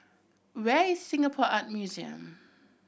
where is Singapore Art Museum